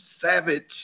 savage